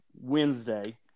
Wednesday